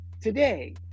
Today